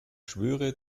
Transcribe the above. schwöre